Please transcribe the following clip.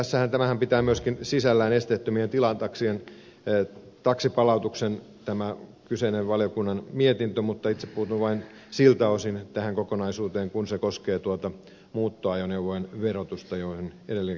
tämähän pitää myöskin sisällään esteettömien tilataksien taksipalautuksen tämä kyseinen valiokunnan mietintö mutta itse puutun vain siltä osin tähän kokonaisuuteen kuin se koskee tuota muuttoajoneuvojen verotusta joihin edellinenkin puhuja viittasi